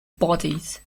bodies